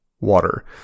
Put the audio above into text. water